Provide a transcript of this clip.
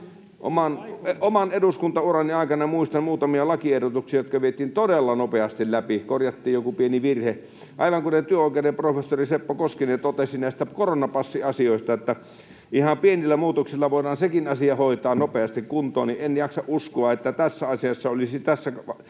Oman eduskuntaurani aikana muistan muutamia lakiehdotuksia, jotka vietiin todella nopeasti läpi, korjattiin joku pieni virhe. Aivan kuten työoikeuden professori Seppo Koskinen totesi näistä koronapassiasioista, että ihan pienillä muutoksilla voidaan sekin asia hoitaa nopeasti kuntoon, [Leena Meri: No sitten hoitakaa!]